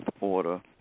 order